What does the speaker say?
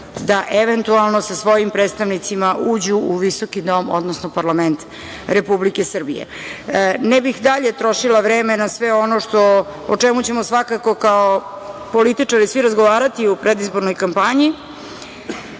da eventualno sa svojim predstavnicima uđu u visoki Dom, odnosno parlament Republike Srbije. Ne bih dalje trošila vreme na sve ono o čemu ćemo svakako kao političari svi razgovarati u predizbornoj kampanji,